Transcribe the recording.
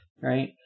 Right